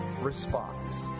response